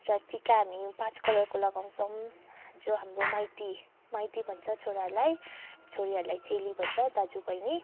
र टिका हामी पाँच कलरको लगाउँछौँ जो हाम्रो माइती माइती भन्छ छोराहरूलाई छोरीहरूलाई चेली भन्छ दाजु बहिनी